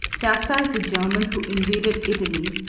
chastised the germans who invaded italy,